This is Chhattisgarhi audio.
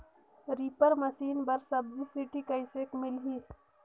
रीपर मशीन बर सब्सिडी कइसे मिलही?